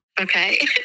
Okay